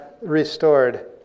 restored